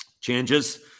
changes